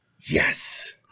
Yes